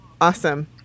Awesome